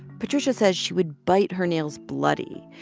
patricia says she would bite her nails bloody.